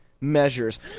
measures